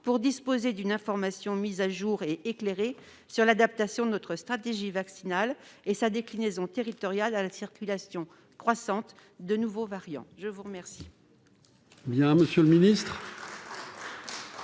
pour disposer d'une information mise à jour et éclairée sur l'adaptation de notre stratégie vaccinale et sa déclinaison territoriale face à la circulation croissante des nouveaux variants ? La parole